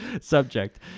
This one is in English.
subject